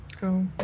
Go